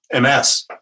ms